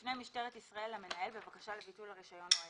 תפנה משטירת ישראל למנהל בבקשה לביטול הרישיון או ההיתר.